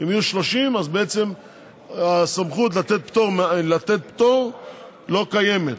שאם יהיו 30 אז בעצם הסמכות לתת פטור לא קיימת.